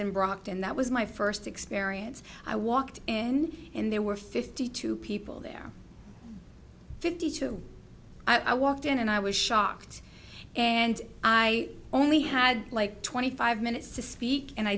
and brockton that was my first experience i walked in and there were fifty two people there fifty two i walked in and i was shocked and i only had like twenty five minutes to speak and i